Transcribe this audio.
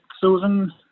Susan